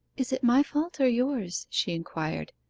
is it my fault or yours she inquired.